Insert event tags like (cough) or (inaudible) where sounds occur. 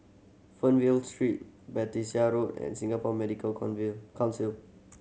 Fernvale Street Battersea Road and Singapore Medical (unintelligible) Council